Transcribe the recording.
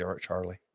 Charlie